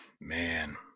Man